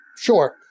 Sure